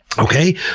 okay,